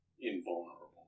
invulnerable